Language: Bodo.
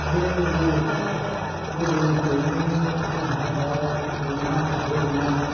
जोङो बर'फ्रा गोदोनिफ्रायनो जोंहा दाव अमा बोरमा